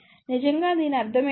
నిజంగా దీని అర్థం ఏమిటి